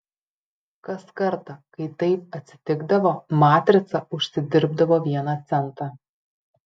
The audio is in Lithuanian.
kas kartą kai taip atsitikdavo matrica užsidirbdavo vieną centą